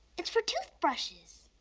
it's for toothbrushes.